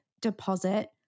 deposit